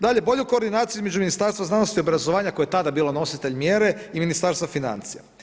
Dalje, bolju koordinaciju između Ministarstva znanosti i obrazovanja, koje je tada bilo nositelj mjere i Ministarstva financija.